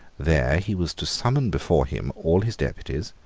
there he was to summon before him all his deputies,